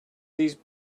these